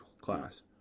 class